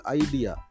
idea